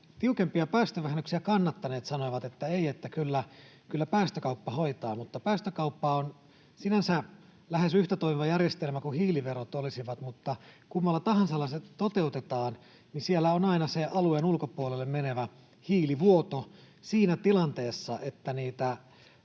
tiukempia päästövähennyksiä kannattaneet sanoivat, että ei, että kyllä päästökauppa hoitaa. Päästökauppa on sinänsä lähes yhtä toimiva järjestelmä kuin hiiliverot olisivat, mutta kummalla tahansa se toteutetaan, niin siellä on aina se alueen ulkopuolelle menevä hiilivuoto siinä tilanteessa, että